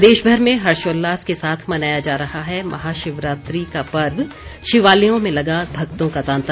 प्रदेशभर में हर्षोल्लास के साथ मनाया जा रहा है महाशिवरात्रि का पर्व शिवालयों में लगा भक्तों का तांता